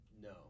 No